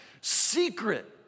secret